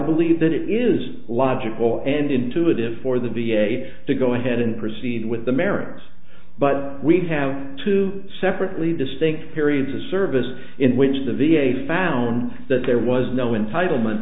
believe that it is logical and intuitive for the v a to go ahead and proceed with the mariners but we have to separately distinct periods of service in which the v a found that there was no in title meant